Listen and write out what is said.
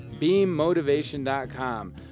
beammotivation.com